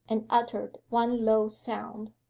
and uttered one low sound.